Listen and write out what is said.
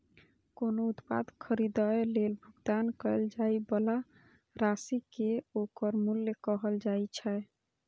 कोनो उत्पाद खरीदै लेल भुगतान कैल जाइ बला राशि कें ओकर मूल्य कहल जाइ छै